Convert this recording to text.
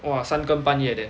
!wah! 三更半夜 leh